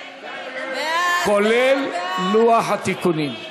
כולל לוח התיקונים.